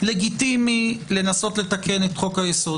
- לגיטימי לנסות לתקן את חוק היסוד.